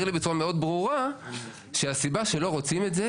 לי בצורה מאוד ברורה שהסיבה שלא רוצים את זה,